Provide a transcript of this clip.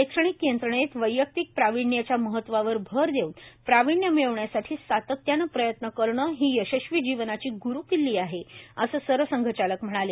शैक्षणिक यंत्रणेत वैयक्कित प्राविण्याच्या महत्वावर भर देऊन प्राविण्य मिळवण्यासाठी सातत्यानं प्रयत्न करणं ही यशस्वी जीवनाची ग्रूकिल्ली आहे असं सरसंघचालक म्हणाले